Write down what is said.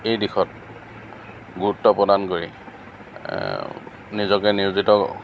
এই দিশত গুৰুত্ব প্ৰদান কৰি নিজকে নিয়োজিত